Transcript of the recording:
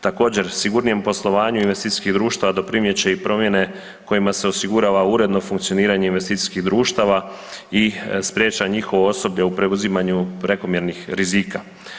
Također, sigurnijem poslovanju investicijskih društava doprinijet će i promjene kojima se osigurava uredno funkcioniranje investicijskih društava i sprječava njihovo osoblje u preuzimanju prekomjernih rizika.